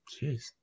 Jeez